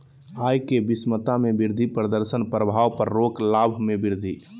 आय के विषमता में वृद्धि प्रदर्शन प्रभाव पर रोक लाभ में वृद्धि